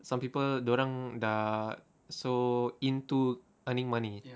some people dorang dah so into earning money